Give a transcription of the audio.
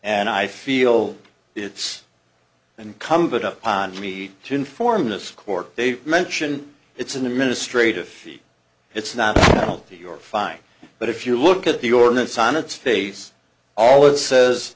and i feel it's incumbent upon need to inform this court they mention it's an administrative it's not guilty your fine but if you look at the ordinance on its face all it says